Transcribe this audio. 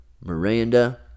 Miranda